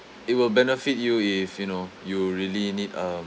it will benefit you if you know you really need a